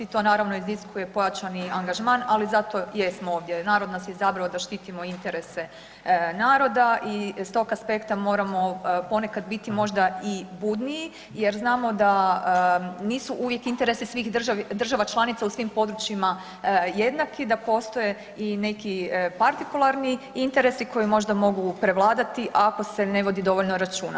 To naravno iziskuje pojačani angažman, ali zato jesmo ovdje, narod nas je izabrao da štitimo interese naroda i s tog aspekta moramo ponekad biti možda i budniji jer znamo da nisu uvijek interesi svih država članica u svim područjima jednaki, da postoje i neki partikularni interesi koji možda mogu prevladati ako se ne vodi dovoljno računa.